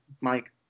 Mike